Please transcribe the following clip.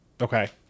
Okay